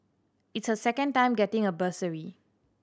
it's her second time getting a bursary